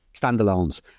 standalones